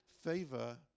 favor